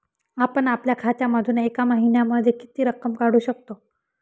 आपण आपल्या खात्यामधून एका महिन्यामधे किती रक्कम काढू शकतो?